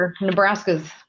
Nebraska's